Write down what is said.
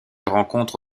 rencontre